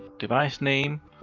device name.